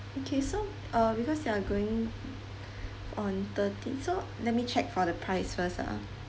okay so uh because you're going on thirteen so let me check for the price first ah